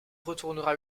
retournera